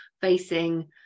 facing